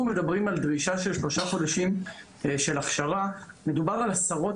מדברים על דרישה של שלושה חודשים של הכשרה מדובר על עשרות,